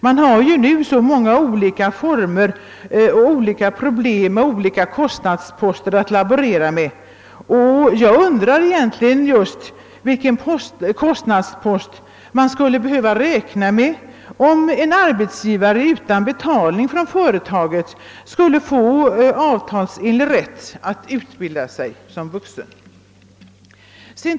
Det finns ju nu så många olika andra kostnadsposter att laborera med och jag undrar just vilken kostnadspost man skulle behöva räkna med, om en arbetstagare utan betalning från företaget skulle få avtalsenlig rätt till tjänstledighet för att utbilda sig!